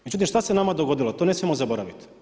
Međutim, šta se nama dogodilo, to ne smijemo zaboraviti.